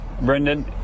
brendan